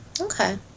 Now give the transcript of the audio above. okay